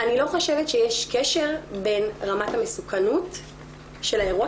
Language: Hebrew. אני לא חושבת שיש קשר בין רמת המסוכנות של האירוע,